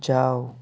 যাও